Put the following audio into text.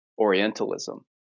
Orientalism